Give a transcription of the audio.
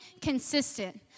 consistent